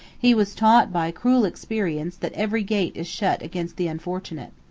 he was taught, by cruel experience, that every gate is shut against the unfortunate.